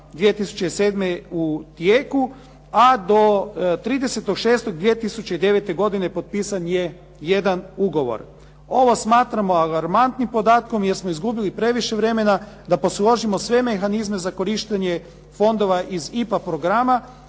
2007 u tijeku, a do 30.6.2009. godine potpisan je jedan ugovor. Ovo smatramo alarmantnim podatkom jer smo izgubili previše vremena da posložimo sve mehanizme za korištenje fondova iz IPA programa.